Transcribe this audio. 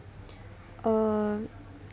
err